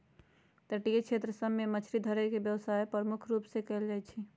तटीय क्षेत्र सभ में मछरी धरे के व्यवसाय प्रमुख रूप से कएल जाइ छइ